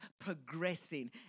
progressing